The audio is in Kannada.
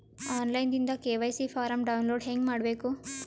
ಆನ್ ಲೈನ್ ದಿಂದ ಕೆ.ವೈ.ಸಿ ಫಾರಂ ಡೌನ್ಲೋಡ್ ಹೇಂಗ ಮಾಡಬೇಕು?